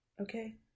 okay